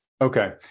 Okay